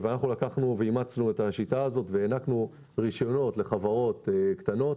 לקחנו ואימצנו את השיטה הזאת והענקנו רישיונות לחברות קטנות